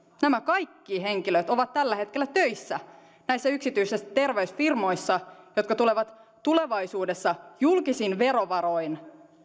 nämä kaikki henkilöt ovat tällä hetkellä töissä näissä yksityisissä terveysfirmoissa jotka tulevat tulevaisuudessa julkisin verovaroin